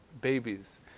babies